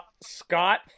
Scott